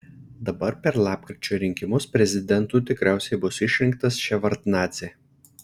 dabar per lapkričio rinkimus prezidentu tikriausiai bus išrinktas ševardnadzė